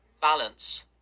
balance